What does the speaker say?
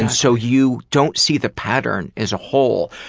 and so you don't see the pattern as a whole.